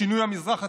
שינוי המזרח התיכון?